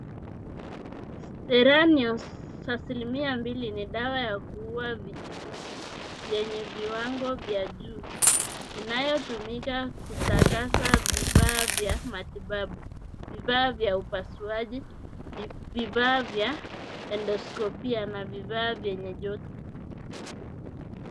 Steranous asilimia mbili ni dawa ya kuua vijidudu yenye viwango vya juu, inayotumika kutakasa vifaa vya matibabu, vifaa vya upasuaji, vifaa vya endoscopia na vifaa vyenye joto.